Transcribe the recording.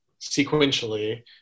sequentially